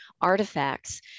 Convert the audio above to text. artifacts